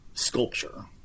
Sculpture